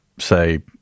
say